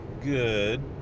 good